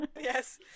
yes